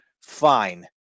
Fine